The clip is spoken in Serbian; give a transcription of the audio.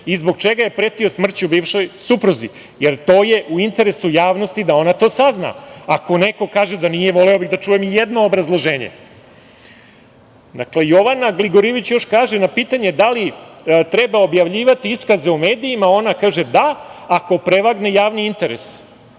i zbog čega je pretio smrću bivšoj supruzi? To je u interesu javnosti da ona to sazna. Ako neko kaže da nije, voleo bih da čujem i jedno obrazloženje. Dakle, Jovana Gligorijević na pitanje da li treba objavljivati iskaze u medijima, ona kaže: „Da, ako prevagne javni interes“.